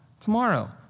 tomorrow